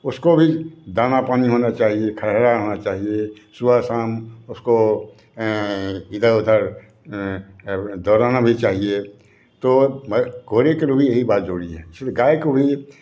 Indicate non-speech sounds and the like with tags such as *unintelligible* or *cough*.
उसको भी दाना पानी होना चाहिए *unintelligible* होना चाहिए सुबह शाम उसको इधर उधर दौड़ाना भी चाहिए तो अब घोड़े के लिए भी यही बात जोड़िए से त गाई को भी